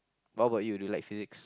what about you you like Physics